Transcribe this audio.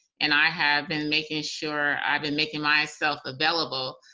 and i have been making sure i've been making myself available